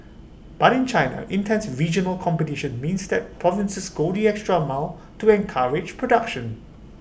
but in China intense regional competition means that provinces go the extra mile to encourage production